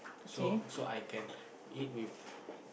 so so I can eat with